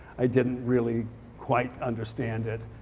i didn't really quite understand it.